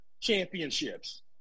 championships